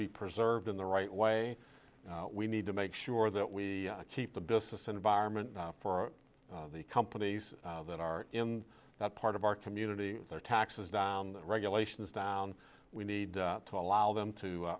be preserved in the right way we need to make sure that we keep the business environment for the companies that are in that part of our community their taxes down regulations down we need to allow them to